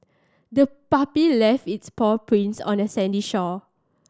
the puppy left its paw prints on the sandy shore